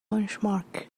benchmark